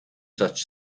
such